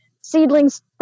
seedlings